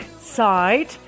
side